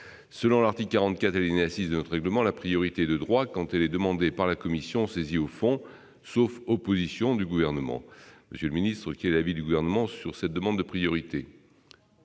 Selon l'article 44, alinéa 6, de notre règlement, la priorité est de droit quand elle est demandée par la commission saisie au fond, sauf opposition du Gouvernement. Quel est l'avis du Gouvernement sur cette demande de priorité ?